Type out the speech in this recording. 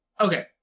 Okay